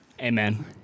Amen